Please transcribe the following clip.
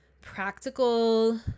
practical